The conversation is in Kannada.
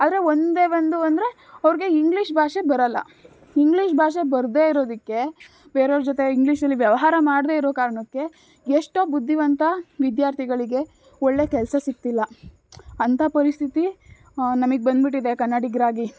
ಆದರೆ ಒಂದೇ ಒಂದು ಅಂದರೆ ಅವ್ರಿಗೆ ಇಂಗ್ಲೀಷ್ ಭಾಷೆ ಬರೋಲ್ಲ ಇಂಗ್ಲೀಷ್ ಭಾಷೆ ಬರದೇ ಇರೋದಕ್ಕೆ ಬೇರೆಯವ್ರ ಜೊತೆ ಇಂಗ್ಲೀಷಲ್ಲಿ ವ್ಯವಹಾರ ಮಾಡದೇ ಇರೊ ಕಾರಣಕ್ಕೆ ಎಷ್ಟೋ ಬುದ್ಧಿವಂತ ವಿದ್ಯಾರ್ಥಿಗಳಿಗೆ ಒಳ್ಳೆಯ ಕೆಲಸ ಸಿಕ್ತಿಲ್ಲ ಅಂಥ ಪರಿಸ್ಥಿತಿ ನಮಿಗೆ ಬಂದುಬಿಟ್ಟಿದೆ ಕನ್ನಡಿಗರಾಗಿ